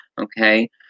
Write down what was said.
Okay